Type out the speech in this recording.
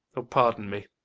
o, pardon me!